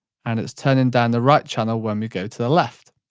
and it's turning down the right channel when we go to the left.